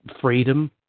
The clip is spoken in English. freedom